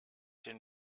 den